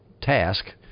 task